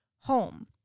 home